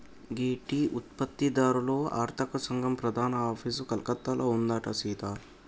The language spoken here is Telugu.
గీ టీ ఉత్పత్తి దారుల అర్తక సంగం ప్రధాన ఆఫీసు కలకత్తాలో ఉందంట సీత